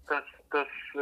tas tas